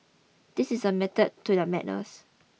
this is a method to their madness